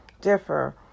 differ